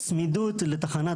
אז בצמידות לתחנת